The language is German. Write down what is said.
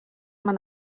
man